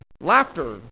laughter